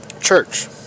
church